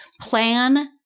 plan